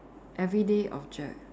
everyday object